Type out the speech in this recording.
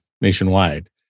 nationwide